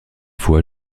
foi